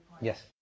Yes